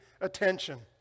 attention